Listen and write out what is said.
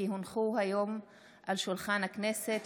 כי הונחה היום על שולחן הכנסת,